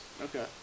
Okay